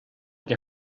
que